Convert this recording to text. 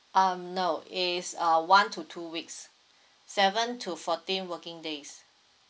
um no is a one to two weeks seven to fourteen working days